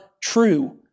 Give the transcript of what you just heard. true